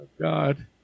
God